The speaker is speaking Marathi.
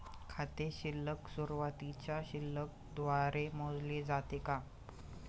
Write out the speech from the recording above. खाते शिल्लक सुरुवातीच्या शिल्लक द्वारे मोजले जाते का?